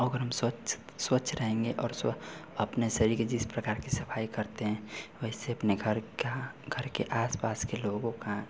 और अगर हम स्वच्छ स्वच्छ रहेंगे और स्वा अपने शरीर के जिस प्रकार की सफाई करते हैं वैसे अपने घर के घर के आस पास के लोगों का